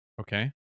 Okay